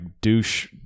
douche